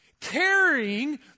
carrying